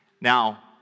Now